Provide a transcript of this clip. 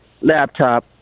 laptop